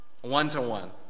one-to-one